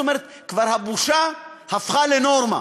הבושה הפכה לנורמה.